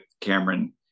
cameron